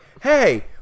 hey